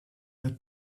that